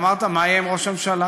אמרת: מה יהיה עם ראש הממשלה?